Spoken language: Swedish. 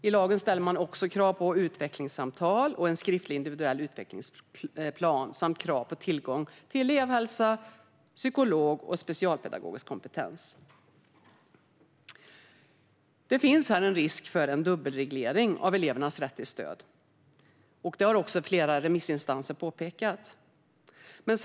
I lagen ställs också krav på utvecklingssamtal och en skriftlig individuell utvecklingsplan samt krav på tillgång till elevhälsa, psykolog och specialpedagogisk kompetens. Det finns här risk för en dubbelreglering av elevernas rätt till stöd, vilket flera remissinstanser också har påpekat.